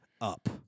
up